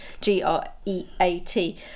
G-R-E-A-T